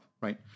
right